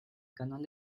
canal